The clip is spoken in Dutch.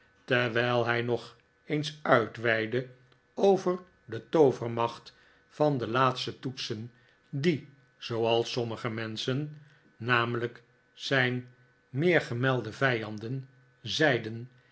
terwijl hij nog eens uitweidde over de toovermacht van de laatste toetsen die zooals sommige menschen namelijk zijn meergemelde vijanden zeiden